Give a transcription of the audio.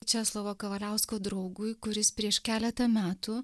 česlovo kavaliausko draugui kuris prieš keletą metų